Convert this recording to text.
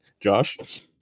Josh